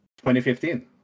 2015